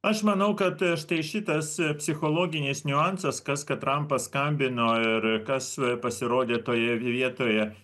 aš manau kad štai šitas psichologinis niuansas kas kad trampas skambino ir kas pasirodė toje vietoje